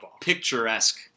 picturesque